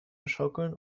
schaukeln